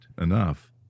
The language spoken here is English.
enough